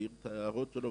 מעיר את ההערות שלו,